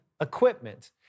equipment